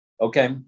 Okay